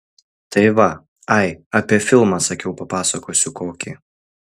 tai va ai apie filmą sakiau papasakosiu kokį